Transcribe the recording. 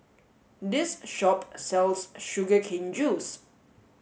this shop sells sugar cane juice